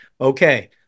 Okay